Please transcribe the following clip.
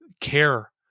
care